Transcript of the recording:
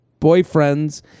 boyfriends